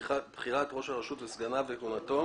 (בחירת ראש הרשות וסגניו וכהונתם)